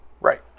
Right